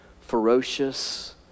ferocious